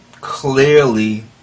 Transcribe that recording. clearly